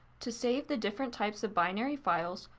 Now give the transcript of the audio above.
to save the different types of binary files,